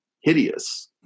hideous